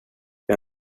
jag